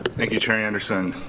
thank you chair anderson.